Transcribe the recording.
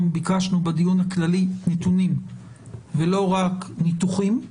ביקשנו בדיון הכללי נתונים ולא רק ניתוחים,